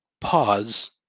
pause